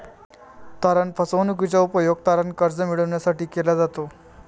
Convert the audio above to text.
तारण फसवणूकीचा उपयोग तारण कर्ज मिळविण्यासाठी केला जातो